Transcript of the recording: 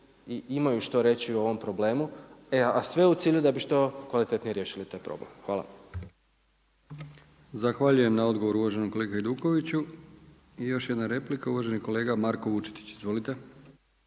imaju što reći o ovom problemu, a sve u cilju da bi što kvalitetnije riješili ovaj problem. Hvala. **Brkić, Milijan (HDZ)** Zahvaljujem na odgovoru uvaženom kolegi Hajdukoviću. I još jedna replika uvaženi kolega Marko Vučetić. Izvolite.